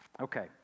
Okay